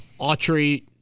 Autry